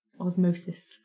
osmosis